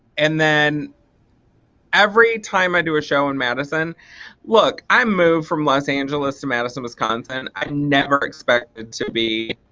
and then every time i do a show in madison look i moved from los angeles to madison, wisconsin. i never expected to be